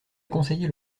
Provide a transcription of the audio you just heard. conseillers